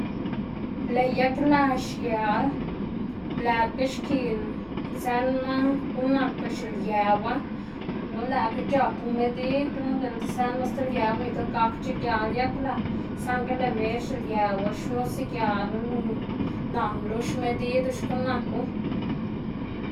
lëꞌ yagla xial lëꞌkga xkiꞌn zënma guꞌn nakba xiliëwa lo lëꞌkga c̲h̲apu medid lo diꞌltse zënma sti liëw nikl gakche gial yagla saꞌngl lëꞌ mer xiliëwa xnuse gialu lu nanlu xmedidu xkuꞌn naku.